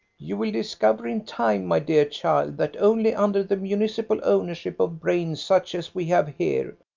you will discover in time, my dear child, that only under the municipal ownership of brains such as we have here,